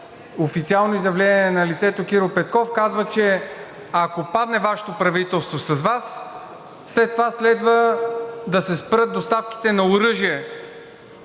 официално изявление лицето Кирил Петков казва, че ако падне Вашето правителство, с Вас, след това следва да се спрат доставките на оръжие